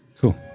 Cool